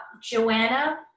Joanna